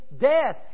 death